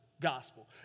gospel